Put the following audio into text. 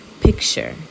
Picture